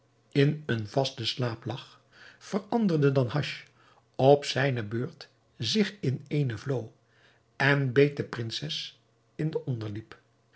in een vasten slaap lag veranderde danhasch op zijne beurt zich in eene vloo en beet de prinses in de